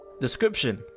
Description